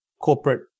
corporate